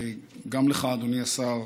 גם לך אדוני השר,